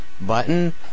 button